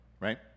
right